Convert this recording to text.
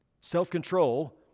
Self-control